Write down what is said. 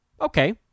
okay